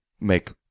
make